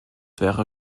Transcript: wäre